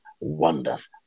wonders